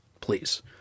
please